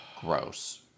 Gross